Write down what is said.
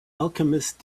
alchemist